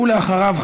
ואחריו,